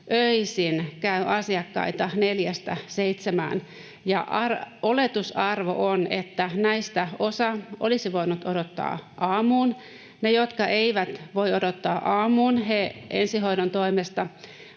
käy asiakkaita, oletusarvo on, että näistä osa olisi voinut odottaa aamuun ja ne, jotka eivät voi odottaa aamuun, ensihoidon toimesta